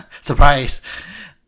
Surprise